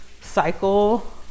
cycle